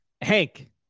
Hank